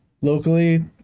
locally